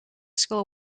school